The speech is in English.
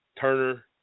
Turner